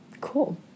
Cool